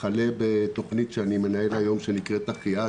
וכלה בתוכנית שאני מנהל היום שנקראת "אחיעד",